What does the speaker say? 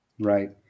Right